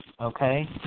Okay